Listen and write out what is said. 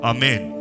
Amen